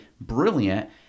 brilliant